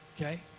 okay